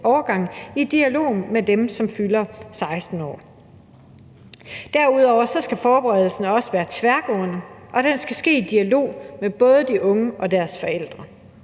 i dialog med dem, som fylder 16 år. Derudover skal forberedelsen også være tværgående, og den skal ske i dialog med både de unge og deres forældre.